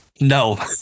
No